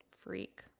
freak